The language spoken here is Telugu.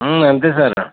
అంతే సార్